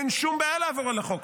אין שום בעיה לעבור על החוק,